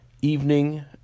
evening